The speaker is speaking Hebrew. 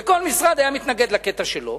וכל משרד היה מתנגד לקטע שלו,